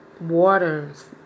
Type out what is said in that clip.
waters